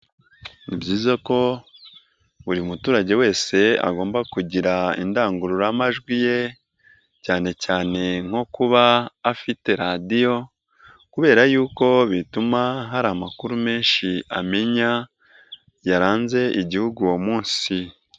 Ni byiza ko buri muturage wese agomba kugira indangururamajwi ye cyane cyane nko kuba afite radiyo kubera yuko bituma hari amakuru menshi amenya yaranze Igihugu uwo munsi.